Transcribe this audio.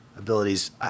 abilities